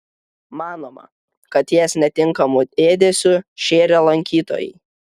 manoma kad jas netinkamu ėdesiu šėrė lankytojai